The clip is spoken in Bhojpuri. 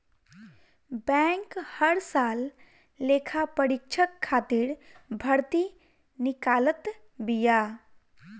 बैंक हर साल लेखापरीक्षक खातिर भर्ती निकालत बिया